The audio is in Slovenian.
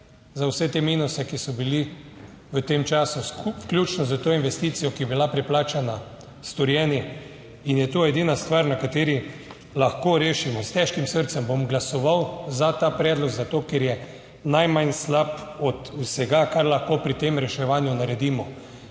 za vse te minuse, ki so bili v tem času, vključno s to investicijo, ki je bila preplačana, storjeni in je to edina stvar, na kateri lahko rešimo. S težkim srcem bom glasoval za ta predlog, zato ker je najmanj slab od vsega kar lahko pri tem reševanju naredimo.